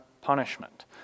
punishment